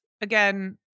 Again